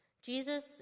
Jesus